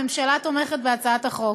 הממשלה תומכת בהצעת החוק.